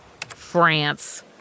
France